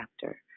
chapter